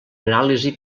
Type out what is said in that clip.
anàlisi